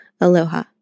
Aloha